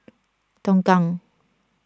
Tongkang